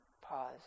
pause